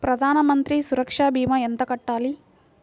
ప్రధాన మంత్రి సురక్ష భీమా ఎంత కట్టాలి?